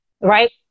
right